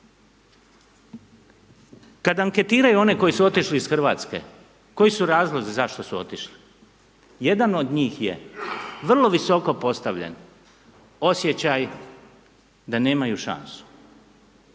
Kad anketiraju one koji su otišli iz Hrvatske, koji su razlozi zašto su otišli? Jedan od njih je vrlo visoko postavljen, osjećaj da nemaju šansu.